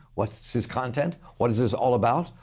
what's his content? what is this all about?